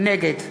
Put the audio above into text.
נגד